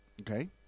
okay